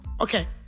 okay